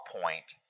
point